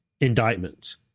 indictments